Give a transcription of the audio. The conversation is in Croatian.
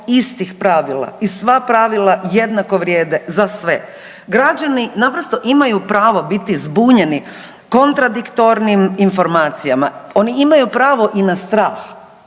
istih pravila i sva pravila jednako vrijede za sve. Građani naprosto imaju pravo biti zbunjeni kontradiktornim informacijama, oni imaju pravo i na strah,